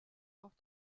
auf